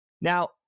Now